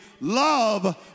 love